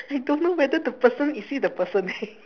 I don't know whether the person is it a person